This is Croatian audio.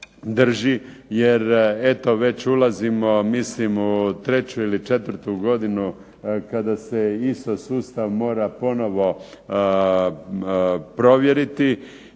jer eto već ulazimo mislim u treću ili četvrtu godinu kada se ISO sustav mora ponovno provjeriti